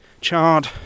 charred